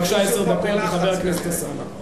בבקשה, עשר דקות לחבר הכנסת אלסאנע.